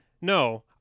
No